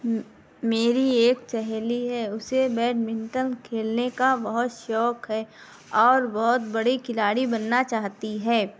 میری ایک سہیلی ہے اسے بیڈمنٹن کھیلنے کا بہت شوق ہے اور بہت بڑی کھلاڑی بننا چاہتی ہے